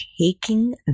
taking